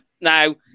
now